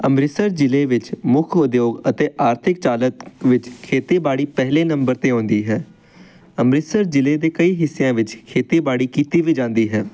ਅੰਮ੍ਰਿਤਸਰ ਜ਼ਿਲ੍ਹੇ ਵਿੱਚ ਮੁੱਖ ਉਦਯੋਗ ਅਤੇ ਆਰਥਿਕ ਚਾਲਕ ਵਿੱਚ ਖੇਤੀਬਾੜੀ ਪਹਿਲੇ ਨੰਬਰ 'ਤੇ ਆਉਂਦੀ ਹੈ ਅੰਮ੍ਰਿਤਸਰ ਜ਼ਿਲ੍ਹੇ ਦੇ ਕਈ ਹਿੱਸਿਆਂ ਵਿੱਚ ਖੇਤੀਬਾੜੀ ਕੀਤੀ ਵੀ ਜਾਂਦੀ ਹੈ